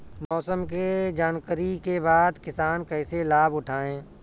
मौसम के जानकरी के बाद किसान कैसे लाभ उठाएं?